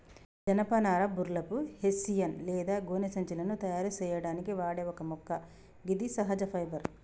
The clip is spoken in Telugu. జనపనార బుర్లప్, హెస్సియన్ లేదా గోనె సంచులను తయారు సేయడానికి వాడే ఒక మొక్క గిది సహజ ఫైబర్